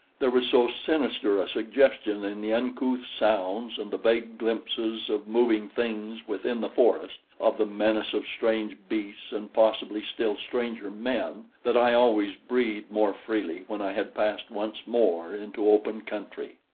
there was so sinister a suggestion in the uncouth sounds and the vague glimpses of moving things within the forest, of the menace of strange beasts and possibly still stranger men, that i always breathed more freely when i had passed once more into open country.